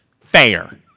Fair